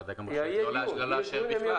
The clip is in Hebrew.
הוועדה גם רשאית לא לאשר בכלל.